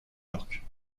york